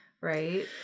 Right